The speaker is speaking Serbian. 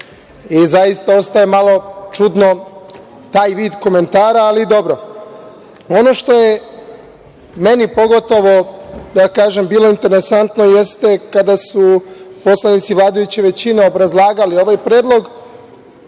Zaista ostaje malo čudan taj vid komentara, ali dobro. Ono što je meni pogotovo bilo interesantno jeste kada su poslanici vladajuće većine obrazlagali ovaj predlog,